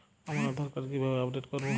আমার আধার কার্ড কিভাবে আপডেট করব?